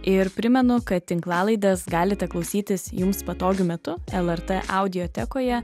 ir primenu kad tinklalaides galite klausytis jums patogiu metu lrt audiotekoje